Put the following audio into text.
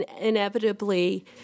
Inevitably